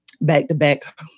back-to-back